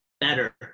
better